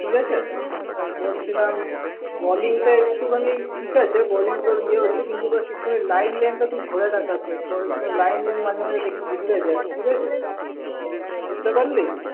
ঠিক আছে আর বলছিলাম বলিংটা একটুখানি ঠিক আছে বলিং তোর ইয়ে হচ্ছে কিন্তু ব্যাস একটুখানি লাইন লেন্থটা তুই ধরে লাইন লেন্থ মাঝে মাঝে দেখি বিগড়ে যায় ঠিক আছে বুঝতে পারলি